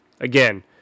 Again